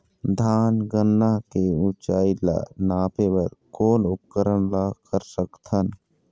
धान गन्ना के ऊंचाई ला नापे बर कोन उपकरण ला कर सकथन?